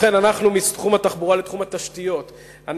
מאז שרון בשיכון לא